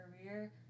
career